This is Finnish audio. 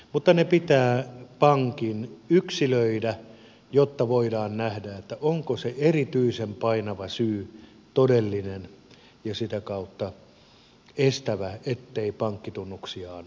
mutta ne pitää pankin yksilöidä jotta voidaan nähdä onko se erityisen painava syy todellinen ja sitä kautta estävä ettei pankkitunnuksia anneta